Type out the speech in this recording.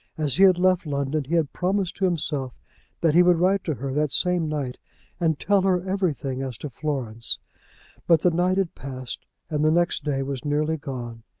as he had left london he had promised to himself that he would write to her that same night and tell her everything as to florence but the night had passed, and the next day was nearly gone,